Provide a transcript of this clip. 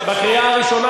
בקריאה הראשונה,